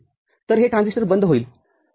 तर हे ट्रान्झिस्टर बंद होईल ठीक आहे